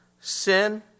sin